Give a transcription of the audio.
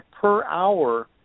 per-hour